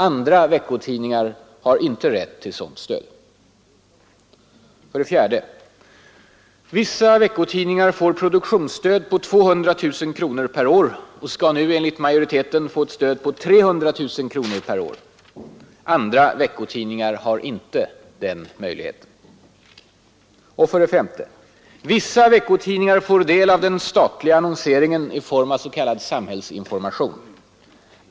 Andra veckotidningar har inte rätt till sådant stöd. 4. Vissa veckotidningar får produktionsstöd på 200 000 kronor per år och skall nu enligt majoriteten få ett stöd på 300 000 kronor per år. Andra veckotidningar har inte den möjligheten. S. Vissa veckotidningar får del av den statliga annonseringen i form av s.k. samhällsinformation.